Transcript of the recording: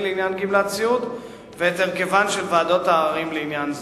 לעניין גמלת סיעוד ואת הרכבן של ועדות העררים לעניין זה.